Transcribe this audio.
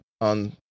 on